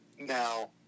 Now